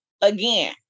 again